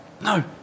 No